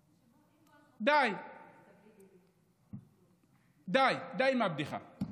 די, די, די עם הבדיחה.